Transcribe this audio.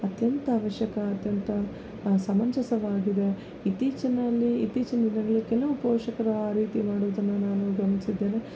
ಅತ್ಯಂತ ಅವಶ್ಯಕ ಅತ್ಯಂತ ಸಮಂಜಸವಾಗಿದೆ ಇತ್ತೀಚಿನಲ್ಲಿ ಇತ್ತೀಚಿನ ದಿನಗ್ಳಲ್ಲಿ ಕೆಲವು ಪೋಷಕರು ಆ ರೀತಿ ಮಾಡುವುದನ್ನು ನಾನು ಗಮ್ನಿಸಿದ್ದೇನೆ